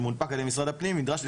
שמונפק על ידי למשרד הפנים,